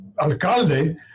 alcalde